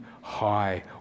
high